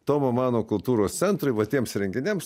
tomo mano kultūros centrui vat tiems renginiams